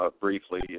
briefly